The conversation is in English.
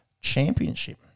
Championship